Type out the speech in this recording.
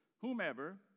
whomever